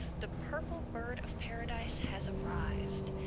the purple bird-of-paradise has arrived!